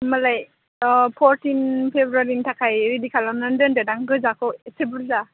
होमबालाय फरटिन फेब्रुवारिनि थाखाय रेडि खालामनानै दोनदोदां गोजाखौ एसे बुरजा